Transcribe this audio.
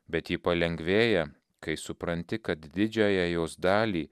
bet ji palengvėja kai supranti kad didžiąją jos dalį